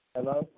Hello